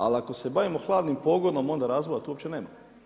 Ali ako se bavimo hladnim pogonom onda razvoja tu opće nema.